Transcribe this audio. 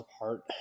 apart